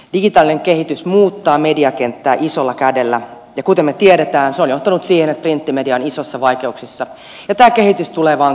digitaalinen kehitys muuttaa mediakenttää isolla kädellä ja kuten me tiedämme se on johtanut siihen että printtimedia on isoissa vaikeuksissa ja tämä kehitys tulee vain kiihtymään